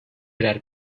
birer